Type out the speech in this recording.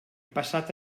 passat